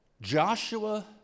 Joshua